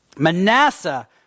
Manasseh